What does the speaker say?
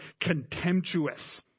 contemptuous